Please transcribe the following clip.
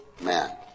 man